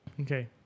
Okay